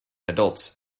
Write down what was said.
adults